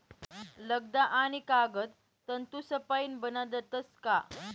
लगदा आणि कागद तंतूसपाईन बनाडतस का